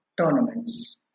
tournaments